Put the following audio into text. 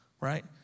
Right